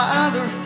Father